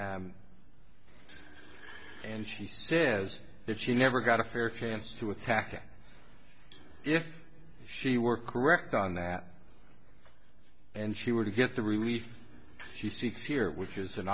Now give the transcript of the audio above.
and she says that she never got a fair chance to attack if she were correct on that and she would get the relief she seeks here which is an